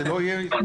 זה לא היה עסקי.